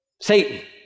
Satan